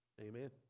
Amen